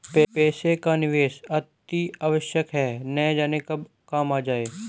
पैसे का निवेश अतिआवश्यक है, न जाने कब काम आ जाए